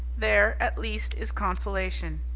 there, at least, is consolation.